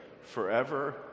forever